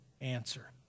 answer